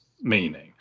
meaning